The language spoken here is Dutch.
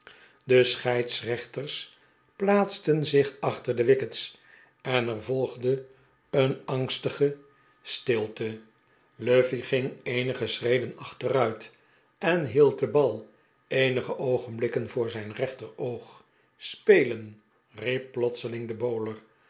de scheidsrechters plaatsten zich achter de wickets en er volgde een angstige stilte luffey ging eenige schreden achteruit en hield den bal eenige oogenblikken voor zijn rechteroog spelen riep plotseling de bowler